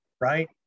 right